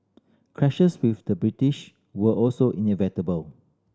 clashes with the British were also inevitable